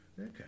Okay